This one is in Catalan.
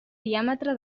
diàmetre